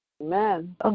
Amen